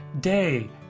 Day